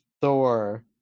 Thor